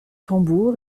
tambour